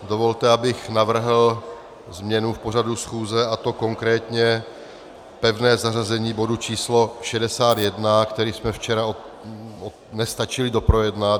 Dovolte, abych navrhl změnu pořadu schůze, a to konkrétně pevné zařazení bodu č. 61, který jsme včera nestačili doprojednat.